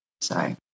sorry